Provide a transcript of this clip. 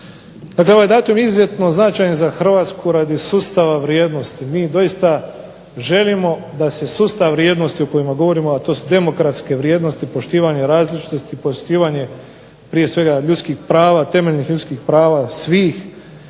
Dakle ovaj je datum izuzetno značajan za Hrvatsku radi sustava vrijednosti, mi doista želimo da se sustav vrijednosti o kojima govorimo a to su demokratske vrijednosti poštivanja različitosti, poštivanje prije svega ljudskih prava, temeljnih ljudskih prava, svih,